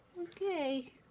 Okay